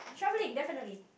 travelling definitely